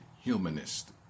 humanist